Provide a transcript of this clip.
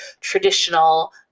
traditional